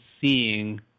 seeing